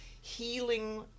healing